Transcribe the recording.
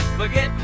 forget